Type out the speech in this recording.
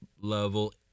level